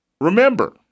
Remember